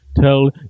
tell